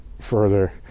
further